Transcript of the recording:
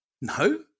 No